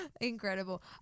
Incredible